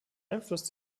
einfluss